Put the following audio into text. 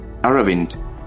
Aravind